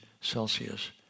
Celsius